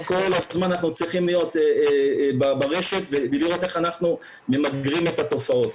כל הזמן אנחנו צריכים להיות ברשת ולראות איך אנחנו ממגרים את התופעות.